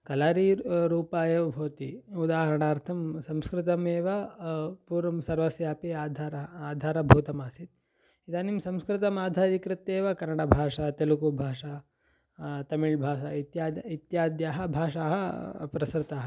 कलारी रूपा एव भवति उदाहरणार्थं संस्कृतमेव पूर्वं सर्वस्यापि आधारः आधारभूतमासीत् इदानीं संस्कृतम् आधारीकृत्येव कन्नडभाषा तेलुगुभाषा तमिळ्भाषा इत्यादि इत्याद्याः भाषाः प्रसृताः